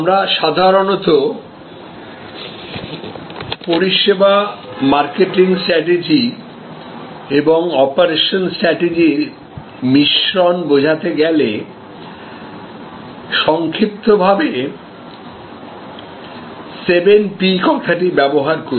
আমরা সাধারণত পরিষেবা মার্কেটিং স্ট্রাটেজি এবং অপারেশন স্ট্রাটেজির মিশ্রণ বোঝাতে গেলে সংক্ষিপ্তভাবে 7 পি কথাটি ব্যবহার করি